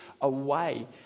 away